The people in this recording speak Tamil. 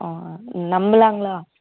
ஆ நம்பளாங்களா